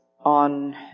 On